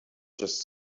just